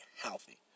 healthy